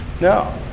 No